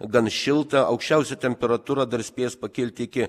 gan šilta aukščiausia temperatūra dar spės pakilti iki